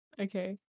Okay